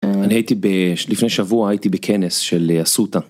אני הייתי בשלפני שבוע הייתי בכנס של הסוטה.